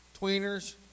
Tweeners